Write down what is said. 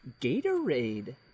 Gatorade